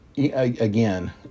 again